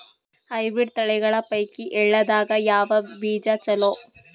Hybrid ತಳಿಗಳ ಪೈಕಿ ಎಳ್ಳ ದಾಗ ಯಾವ ಬೀಜ ಚಲೋ?